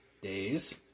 days